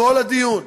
כל הדיון,